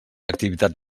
activitat